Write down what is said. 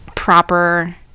proper